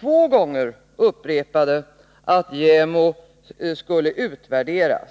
två gånger upprepade att JämO skulle utvärderas.